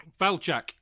Valchak